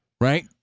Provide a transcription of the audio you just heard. right